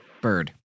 bird